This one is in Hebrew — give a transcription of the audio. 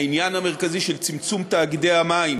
העניין המרכזי של צמצום מספר תאגידי המים